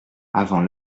avant